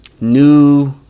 new